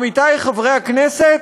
עמיתי חברי הכנסת,